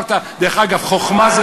אמרת חכמה,